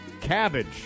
Cabbage